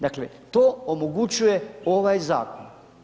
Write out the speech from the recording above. Dakle to omogućuje ovaj zakon.